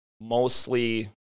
Mostly